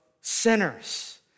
sinners